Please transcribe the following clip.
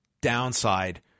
downside